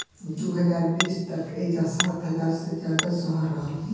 दू हज़ार बीस तक एइजा सात हज़ार से ज्यादा शहर रहल